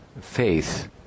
faith